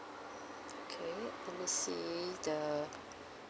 okay let me see the